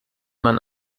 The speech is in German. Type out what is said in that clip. man